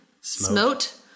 Smote